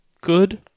Good